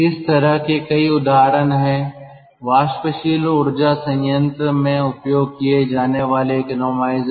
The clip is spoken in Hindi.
इस तरह के कई उदाहरण हैं वाष्पशील ऊर्जा संयंत्र में उपयोग किए जाने वाले इकोनोमाइजर